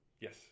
yes